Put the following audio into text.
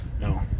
no